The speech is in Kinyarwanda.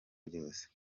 ryose